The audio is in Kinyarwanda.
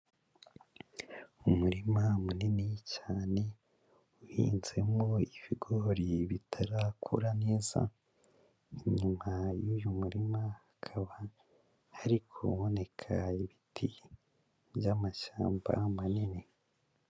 Umurima munini cyane, uhinzemo ibigori bitarakura neza, inyuma y'uyu murima, hakaba hari kuboneka ibiti by'amashyamba manini.